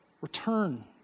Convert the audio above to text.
Return